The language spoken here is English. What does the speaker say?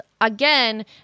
again